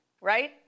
right